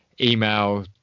email